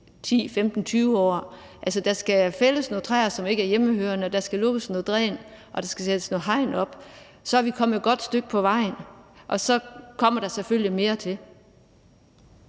10, 15, 20 år. Der skal fældes nogle træer, som ikke er hjemmehørende, der skal lukkes nogle dræn, og der skal sættes noget hegn op, og så er vi kommet et godt stykke ad vejen. Så kommer der selvfølgelig mere til.